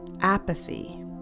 apathy